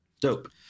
Dope